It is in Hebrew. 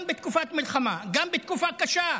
גם בתקופת מלחמה, גם בתקופה קשה,